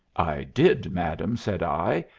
i did, madam, said i,